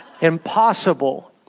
impossible